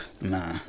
Nah